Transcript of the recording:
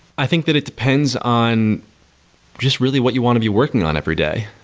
i think that it depends on just really what you want to be working on every day.